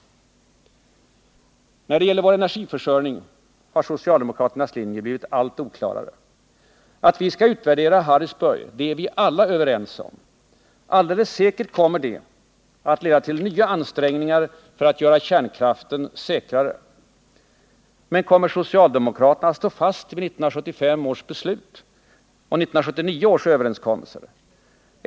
När det gäller vår energiförsörjning har socialdemokraternas linje blivit allt oklarare. Att vi skall utvärdera Harrisburg, det är vi alla överens om. Alldeles säkert kommer detta att leda till nya ansträngningar för att göra kärnkraften säkrare. Men kommer socialdemokraterna att stå fast vid 1975 års beslut och 1979 års överenskommelser?